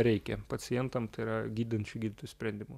reikia pacientam tai yra gydančių gydytojų sprendimu